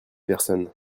personnes